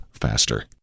faster